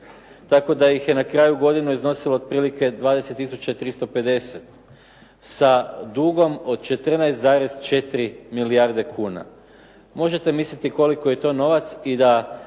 tako da ih je na kraju godine iznosilo otprilike 20350 sa dugom od 14,4 milijarde kuna. Možete misliti koliki je taj novac i da